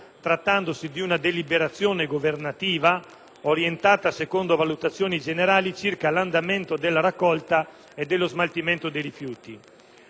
trattandosi di una deliberazione governativa orientata secondo valutazioni generali circa l'andamento della raccolta e dello smaltimento dei rifiuti.